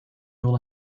yol